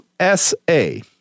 USA